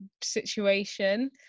situation